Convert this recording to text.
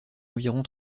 environ